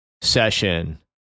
session